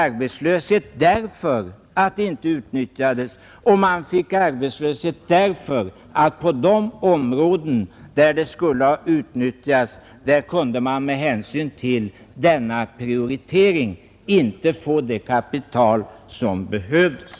Arbetslöshet uppstod därför att investeringsmöjligheterna inte utnyttjades och därför att man på de områden där de skulle ha kunnat utnyttjas med hänsyn till denna prioritering inte kunde få det kapital som behövdes.